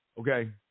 Okay